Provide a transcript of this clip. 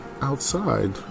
outside